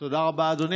תודה רבה, אדוני.